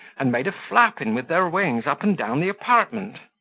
and made a flapping with their wings up and down the apartment.